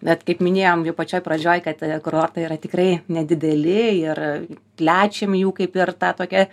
bet kaip minėjom jau pačioj pradžioj kad kurortai yra tikrai nedideli ir plečiam jų kaip ir tą tokią